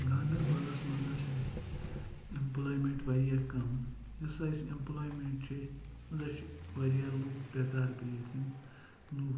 گَندَر بَلَس منٛز حظ چھ اَسہِ امپلایمینٹ وَرِیاہ کَم یُس اَسہِ امپلایمِنٹ چھے چھ وارِیاہ لُکھ بیکار بہِتھ یِم لُکھ